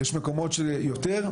יש מקומות שבהם יותר,